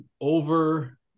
over